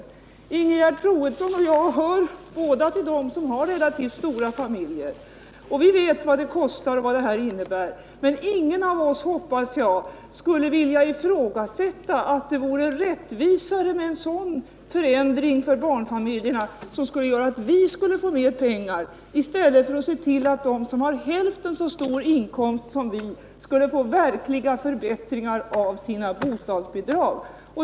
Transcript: Både Ingegerd Troedsson och jag hör till dem som har en relativt stor familj. Vi vet vad det kostar, och vi vet vad det innebär. Men ingen av oss, hoppas jag, vill ifrågasätta att det vore orättvisare med en sådan förändring för barnfamiljerna som gör att vi får mer pengar i stället för att se till att de som har hälften så stor inkomst som vi får verkliga förbättringar av sina bostadsbidrag.